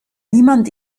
niemand